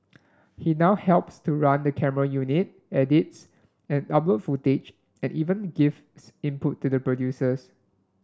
he now helps to run the camera unit edits and uploads footage and even gives input to producers